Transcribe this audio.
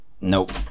Nope